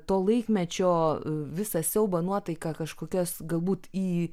to laikmečio visą siaubą nuotaiką kažkokias galbūt į